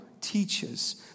teaches